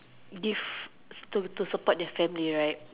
give to to support their family right